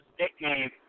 nickname